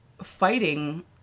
fighting